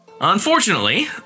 Unfortunately